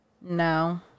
no